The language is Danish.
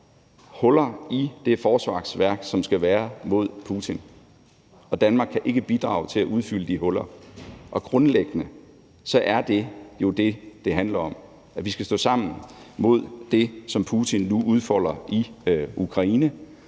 huller i det forsvarsværk, som skal være mod Putin, og at Danmark ikke kan bidrage til at udfylde de huller. Grundlæggende er det, som det jo handler om, at vi skal stå sammen mod det, som Putin nu udfolder i Ukraine,